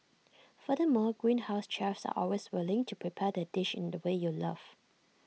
furthermore Greenhouse's chefs are always willing to prepare the dish in the way you love